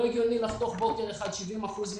לא הגיוני לחתוך בוקר אחד 70 אחוזים